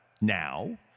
now